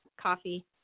Coffee